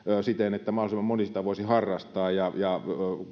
siten että mahdollisimman moni sitä voisi harrastaa ja ja